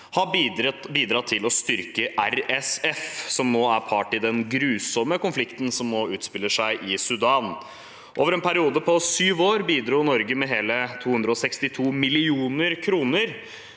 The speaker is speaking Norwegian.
paramilitære styrken RSF, som nå er part i den grusomme konflikten som utspiller seg i Sudan. Over en periode på syv år bidro Norge med 262 mill. kr.